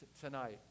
tonight